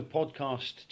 podcast